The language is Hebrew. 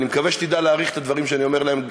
אני מקווה שתדע להעריך את הדברים שאני אומר להם,